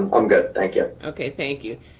um good, thank you. okay, thank you.